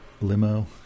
limo